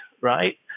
right